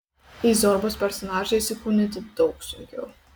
į zorbos personažą įsikūnyti daug sunkiau